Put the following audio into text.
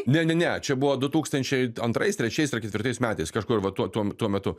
ne ne ne čia buvo du tūkstančiai antrais trečiais ar ketvirtais metais kažkur va tuom tuo metu